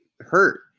Hurt